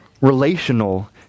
Relational